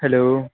hello